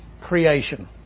creation